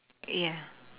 yeah